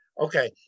Okay